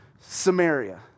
Samaria